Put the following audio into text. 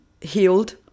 healed